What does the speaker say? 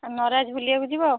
ନରାଜ୍ ବୁଲିବାକୁ ଯିବ